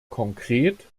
konkret